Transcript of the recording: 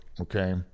Okay